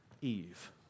Eve